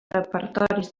repertoris